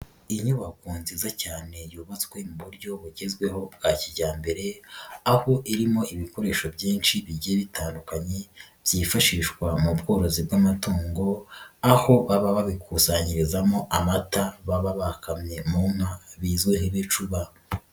Inyubako nziza cyane yubatswe mu buryo bugezweho bwa kijyambere, aho irimo ibikoresho byinshi bigiye bitandukanye byifashishwa mu bworozi bw'amatungo, aho baba babikusanyirizamo amata baba bakamye mu nka bizweho ibicuba.